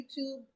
YouTube